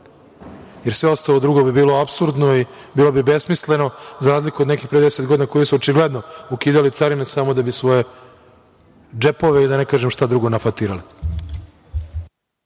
jer sve ostalo drugo bi bilo apsurdno i bilo bi besmisleno za razliku do nekih pre deset godina, koji su očigledno ukidali carine samo da bi svoje džepove, da ne kažem šta drugo, nafatirali.